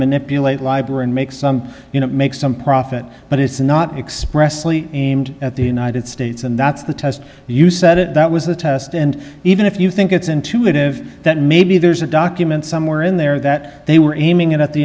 manipulate library and make some you know make some profit but it's not expressly aimed at the united states and that's the test you said it that was the test and even if you think it's intuitive that maybe there's a document somewhere in there that they were aiming it at the